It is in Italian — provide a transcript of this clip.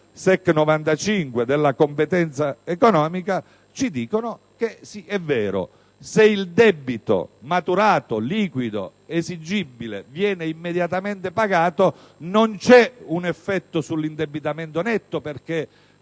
SEC 95 della competenza economica ci dicono che è vero quanto segue: se il debito maturato, liquido, esigibile viene immediatamente pagato non c'è un effetto sull'indebitamento netto (perché,